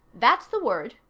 that's the word.